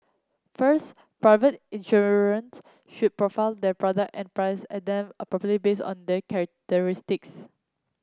first private insurers should their product and price and them appropriately based on their characteristics